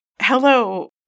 hello